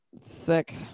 sick